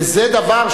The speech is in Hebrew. וזה דבר,